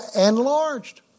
enlarged